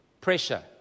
Pressure